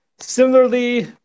similarly